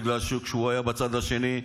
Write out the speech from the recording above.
בגלל שכשהוא היה בצד השני,